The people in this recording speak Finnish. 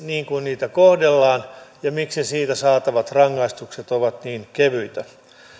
niin kuin heitä kohdellaan ja miksi siitä saatavat rangaistukset ovat niin kevyitä